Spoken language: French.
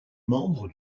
membre